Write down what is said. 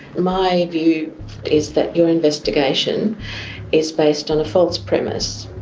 my view is that your investigation is based on a false premise,